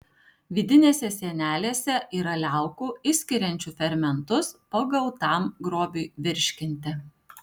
vidinėse sienelėse yra liaukų išskiriančių fermentus pagautam grobiui virškinti